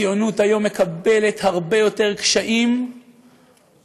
הציונות היום מקבלת הרבה יותר קשיים וחומות,